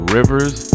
Rivers